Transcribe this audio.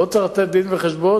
או צריך לתת דין-וחשבון,